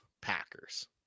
Packers